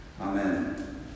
Amen